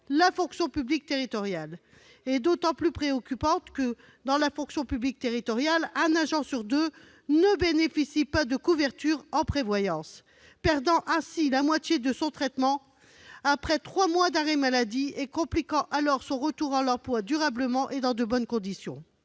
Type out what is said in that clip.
de santé des agents territoriaux est d'autant plus préoccupante que, dans la fonction publique territoriale, un agent sur deux ne bénéficie pas de couverture en prévoyance, perdant ainsi la moitié de son traitement après trois mois d'arrêt maladie, ce qui complique alors un durable retour à l'emploi dans de bonnes conditions.